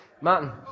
Martin